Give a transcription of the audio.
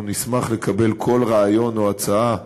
אנחנו נשמח לקבל כל רעיון או הצעה,